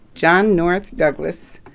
john north douglas,